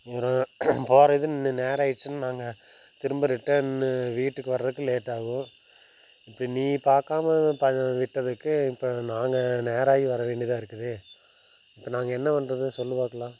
போகிறது இன்னும் நேரம் ஆகிடுச்சுனா நாங்கள் திரும்ப ரிட்டனு நாங்கள் வீட்டுக்கு வர்றதுக்கு லேட் ஆகும் இப்போ நீ பார்க்காம ப விட்டதுக்கு இப்போ நாங்க நேரம் ஆகி வர வேண்டியதாக இருக்குது இப்போ நாங்க என்ன பண்ணுறது சொல்லு பார்க்கலாம்